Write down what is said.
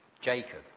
Jacob